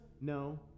No